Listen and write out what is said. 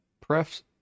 press